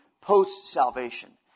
post-salvation